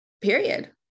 period